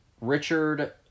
Richard